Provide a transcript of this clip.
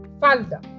falda